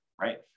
right